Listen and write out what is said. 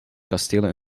kastelen